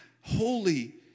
Holy